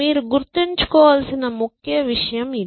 మీరు గుర్తుంచుకోవలసిన ముఖ్య విషయం ఇది